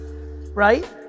right